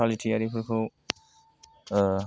फालिथाइयारिफोरखौ